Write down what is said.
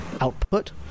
output